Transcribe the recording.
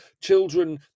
children